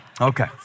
Okay